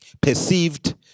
perceived